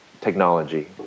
technology